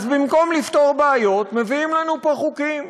אז במקום לפתור בעיות, מביאים לנו חוקים.